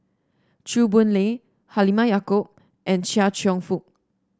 Chew Boon Lay Halimah Yacob and Chia Cheong Fook